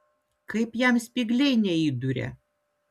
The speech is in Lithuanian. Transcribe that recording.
kaip jam spygliai neįduria